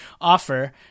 offer